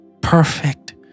perfect